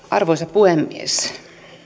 arvoisa puhemies